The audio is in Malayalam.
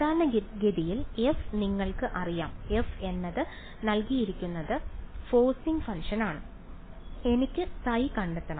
സാധാരണഗതിയിൽ f നിങ്ങൾക്ക് അറിയാം f എന്നത് നൽകിയിരിക്കുന്ന സോഴ്സിംഗ് ഫംഗ്ഷനാണ് എനിക്ക് ϕ കണ്ടെത്തണം